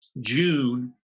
June